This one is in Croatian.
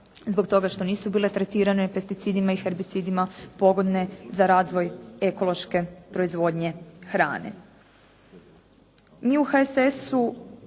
zbog toga što nisu bile tretirane pesticidima i herbicidima pogodne za razvoj ekološke proizvodnje hrane.